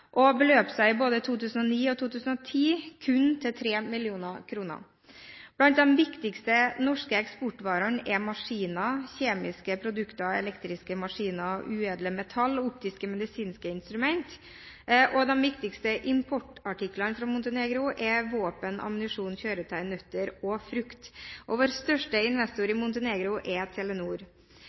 beløp seg både i 2009 og 2010 kun til 3 mill. kr. Blant de viktigste norske eksportvarene er maskiner, kjemiske produkter, elektriske maskiner, uedle metaller og optiske og medisinske instrumenter. De viktigste importartiklene fra Montenegro er våpen, ammunisjon, kjøretøy, nøtter og frukt. Vår største investor i Montenegro er Telenor.